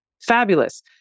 Fabulous